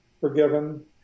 forgiven